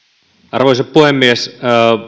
arvoisa puhemies